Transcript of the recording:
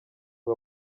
ngo